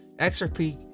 XRP